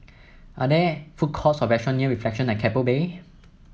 are there food courts or restaurant near Reflection at Keppel Bay